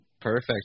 Perfect